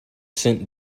sent